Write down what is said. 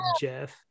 Jeff